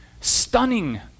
stunning